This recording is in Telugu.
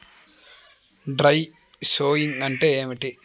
డ్రై షోయింగ్ అంటే ఏమిటి?